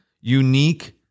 unique